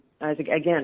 again